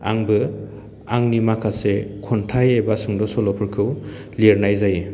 आंबो आंनि माखासे खन्थाइ एबा सुंद' सल'फोरखौ लिरनाय जायो